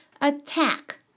Attack